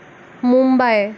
Mumbai